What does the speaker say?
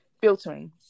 filtering